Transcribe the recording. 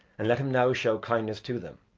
and let him now show kindness to them.